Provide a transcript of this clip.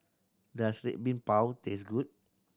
does Red Bean Bao taste good